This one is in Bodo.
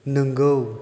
नंगौ